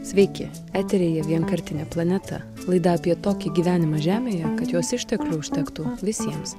sveiki eteryje vienkartinė planeta laidą apie tokį gyvenimą žemėje kad jos išteklių užtektų visiems